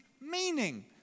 meaning